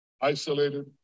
isolated